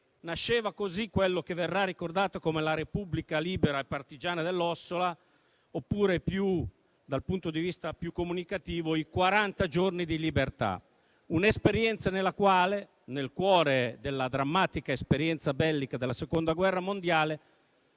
Nasceva così quella che verrà ricordata come la Repubblica libera e partigiana dell'Ossola, oppure, dal punto di vista più comunicativo, i quaranta giorni di libertà. Fu un'esperienza nella quale, nel cuore della drammatica esperienza bellica della Seconda guerra mondiale,